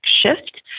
shift